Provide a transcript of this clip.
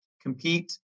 compete